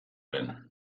lehen